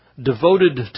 Devoted